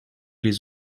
les